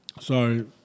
Sorry